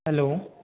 hello